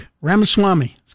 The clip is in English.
Ramaswamy